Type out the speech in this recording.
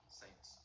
saints